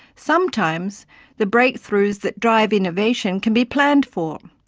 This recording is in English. sometimes the breakthroughs that drive innovation can be planned for,